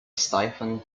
stifling